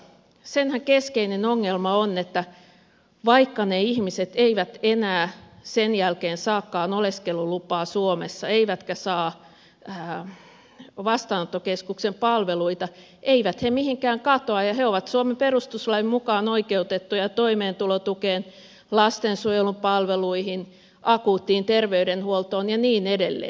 sen keskeinen ongelmahan on että vaikka ne ihmiset eivät enää sen jälkeen saakaan oleskelulupaa suomessa eivätkä saa vastaanottokeskuksen palveluita eivät he mihinkään katoa ja he ovat suomen perustuslain mukaan oikeutettuja toimeentulotukeen lastensuojelun palveluihin akuuttiin terveydenhuoltoon ja niin edelleen